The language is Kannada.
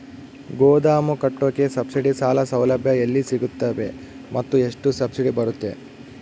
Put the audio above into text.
ಗೋದಾಮು ಕಟ್ಟೋಕೆ ಸಬ್ಸಿಡಿ ಸಾಲ ಸೌಲಭ್ಯ ಎಲ್ಲಿ ಸಿಗುತ್ತವೆ ಮತ್ತು ಎಷ್ಟು ಸಬ್ಸಿಡಿ ಬರುತ್ತೆ?